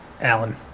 Alan